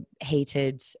hated